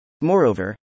Moreover